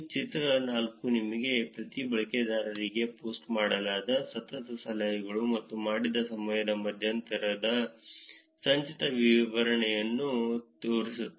ಚಿತ್ರ 4 ನಿಮಗೆ ಪ್ರತಿ ಬಳಕೆದಾರರಿಗೆ ಪೋಸ್ಟ್ ಮಾಡಲಾದ ಸತತ ಸಲಹೆಗಳು ಮತ್ತು ಮಾಡಿದ ಸಮಯದ ಮಧ್ಯಂತರದ ಸಂಚಿತ ವಿತರಣೆಯನ್ನು ತೋರಿಸುತ್ತದೆ